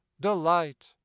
delight